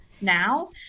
now